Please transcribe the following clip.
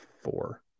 four